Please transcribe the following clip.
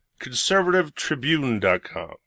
conservativetribune.com